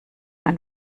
ein